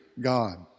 God